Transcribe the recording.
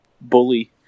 bully